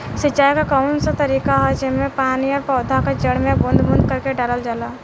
सिंचाई क कउन सा तरीका ह जेम्मे पानी और पौधा क जड़ में बूंद बूंद करके डालल जाला?